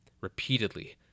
repeatedly